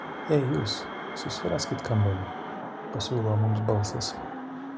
ei jūs susiraskit kambarį pasiūlo mums balsas